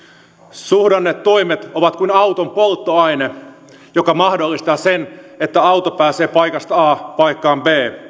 suhdannetoimet ovat kuin auton polttoaine joka mahdollistaa sen että auto pääsee paikasta a paikkaan